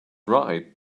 right